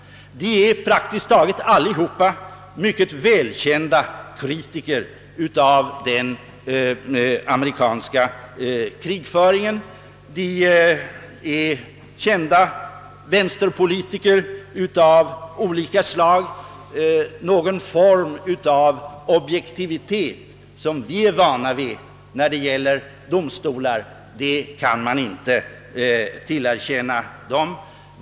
Praktiskt taget alla är mycket välkända kritiker av den amerikanska krigföringen. De är kända vänsterpolitiker av olika slag. Någon form av objektivitet, som vi är vana vid när det gäller domstolar, kan man inte tillerkänna dem.